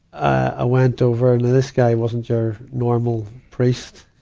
ah went over and this guy wasn't your normal priest.